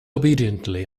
obediently